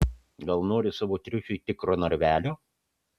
gal nori savo triušiui tikro narvelio